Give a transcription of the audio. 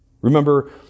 Remember